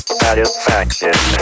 satisfaction